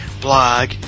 blog